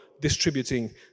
distributing